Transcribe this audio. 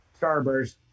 Starburst